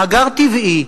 מאגר טבעי,